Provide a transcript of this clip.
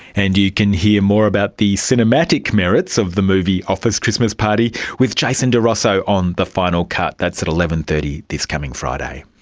and you can hear more about the cinematic merits of the movie office christmas party with jason di rosso on the final cut, that's at eleven. thirty this coming friday.